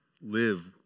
live